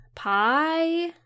Pie